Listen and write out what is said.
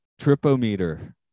Tripometer